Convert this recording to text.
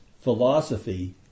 philosophy